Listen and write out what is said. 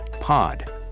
POD